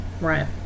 Right